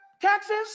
Taxes